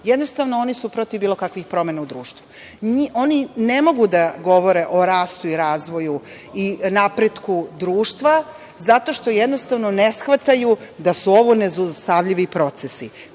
Jednostavno oni su protiv bilo kakvih promena u društvu. Oni ne mogu da govore o rastu i razvoju i napretku društva zato što jednostavno ne shvataju da su ovo nezaustavljivi procesi.